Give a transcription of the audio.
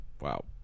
Wow